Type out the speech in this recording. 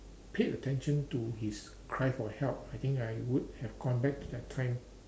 paid attention to his cry for help I think I would have gone back to that time